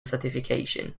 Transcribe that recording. certification